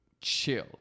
chill